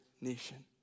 nation